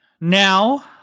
Now